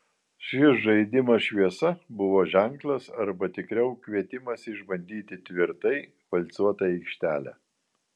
šis žaidimas šviesa buvo ženklas arba tikriau kvietimas išbandyti tvirtai valcuotą aikštelę